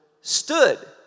stood